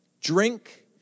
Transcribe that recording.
drink